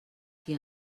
qui